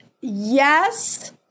Yes